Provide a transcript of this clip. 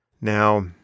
Now